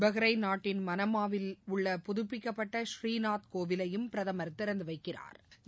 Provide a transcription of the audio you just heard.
Bahrain நாட்டின் மணமாவியில் உள்ள புதுப்பிக்கப்பட்ட ஸ்ரீநாத் கோவிலையும் பிரதமா் திறந்து வைக்கிறாா்